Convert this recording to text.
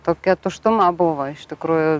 tokia tuštuma buvo iš tikrųjų